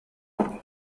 made